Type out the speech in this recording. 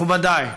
מכובדיי,